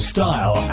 Style